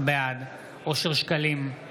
בעד אושר שקלים,